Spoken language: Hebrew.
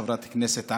חברת הכנסת עאידה,